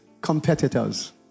competitors